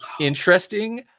Interesting